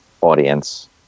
audience